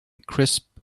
crisp